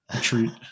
treat